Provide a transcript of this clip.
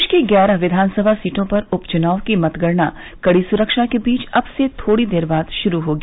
प्रदेश की ग्यारह कियानसभा सीटों पर उप चुनाव की मतगणना कड़ी सुरक्षा के बीच अब से थोड़ी देर बाद शुरू होगी